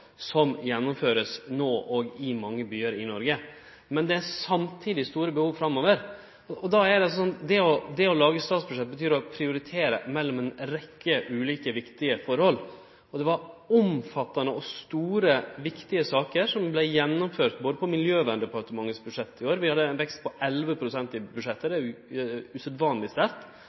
som vert gjennomført i mange byar i Noreg no. Men det er samtidig store behov framover. Og då er det sånn at det å lage statsbudsjett betyr å prioritere mellom ei rekkje ulike, viktige forhold. Og det var omfattande og store, viktige saker som vart gjennomførte både på Miljøverndepartement sitt budsjett i år – vi hadde ein vekst på 11 pst. i budsjettet, det er